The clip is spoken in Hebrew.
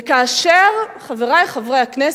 וכאשר, חברי חברי הכנסת,